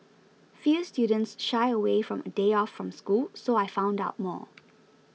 few students shy away from a day off from school so I found out more